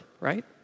Right